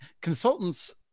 consultants